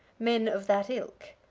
men of that ilk.